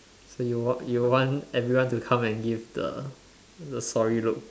so you want you want everyone to come and give the the sorry look